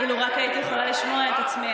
לו רק הייתי יכולה לשמוע את עצמי,